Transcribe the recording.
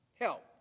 help